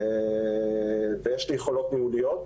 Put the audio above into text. יש לי יכולות ניהוליות,